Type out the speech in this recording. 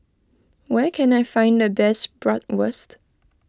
where can I find the best Bratwurst